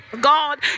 God